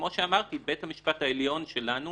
כמו שאמרתי בית המשפט העליון שלנו